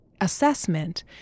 assessment